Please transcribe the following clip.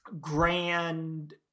grand